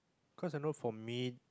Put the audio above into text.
cause I know for me